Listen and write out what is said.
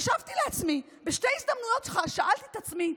חשבתי לעצמי, בשתי הזדמנויות שאלתי את עצמי,